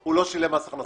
הוא לא שילם מס הכנסה.